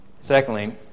Secondly